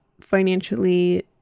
financially